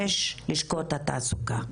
שש לשכות התעסוקה?